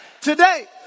Today